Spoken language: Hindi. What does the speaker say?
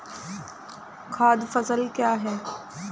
खाद्य फसल क्या है?